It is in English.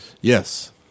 Yes